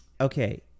Okay